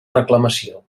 reclamació